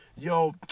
Yo